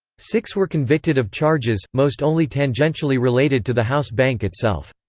six were convicted of charges, most only tangentially related to the house bank itself.